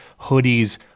hoodies